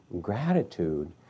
gratitude